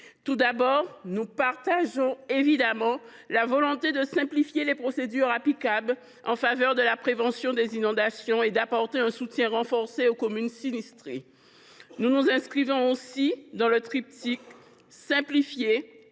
l’unanimité. Nous partageons évidemment la volonté de simplifier les procédures applicables en faveur de la prévention des inondations et d’apporter un soutien renforcé aux communes sinistrées. Nous sommes aussi favorables au triptyque simplifier